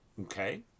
Okay